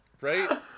Right